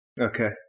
Okay